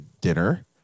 dinner